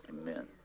Amen